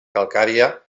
calcària